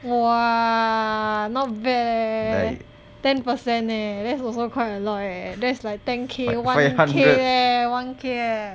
!wah! not bad leh ten percent leh that's also quite a lot leh that's like ten K one one K leh